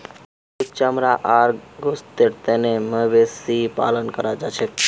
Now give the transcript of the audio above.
दूध चमड़ा आर गोस्तेर तने मवेशी पालन कराल जाछेक